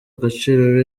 agaciro